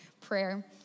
prayer